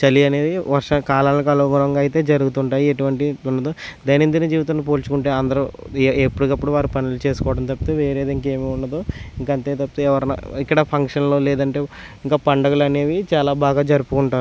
చలి అనేది వర్షాకాలాలకు అనుకూలంగా అయితే జరుగుతుంటాయి ఎటువంటిది ఉండదు దైనందిని జీవితంలో పోల్చుకుంటే అందరూ ఎప్పటికప్పుడు వారు పనులు చేసుకోవడం తప్పితే వేరేది ఇంకేమి ఉండదు ఇంకా అంతే తప్పితే ఎవరైనా ఇక్కడ ఫంక్షన్లో లేదంటే ఇంకా పండుగలు అనేవి చాలా బాగా జరుపుకుంటారు